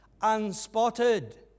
unspotted